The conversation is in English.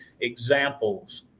examples